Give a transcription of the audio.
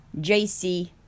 JC